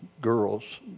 girls